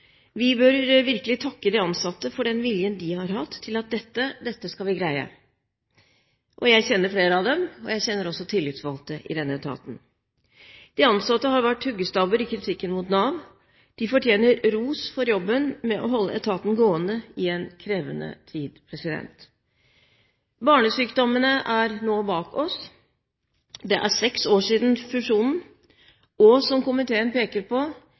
Vi bør virkelig takke de ansatte for den viljen de har vist til at «dette skal vi greie». Jeg kjenner flere av dem, og jeg kjenner også tillitsvalgte i denne etaten. De ansatte har vært hoggestabber i kritikken mot Nav, og de fortjener ros for jobben med å holde etaten gående i en krevende tid. Barnesykdommene ligger nå bak oss. Det er seks år siden fusjonen, og – som komiteen peker på